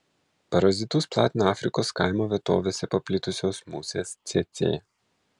parazitus platina afrikos kaimo vietovėse paplitusios musės cėcė